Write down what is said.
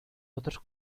otros